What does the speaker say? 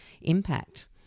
impact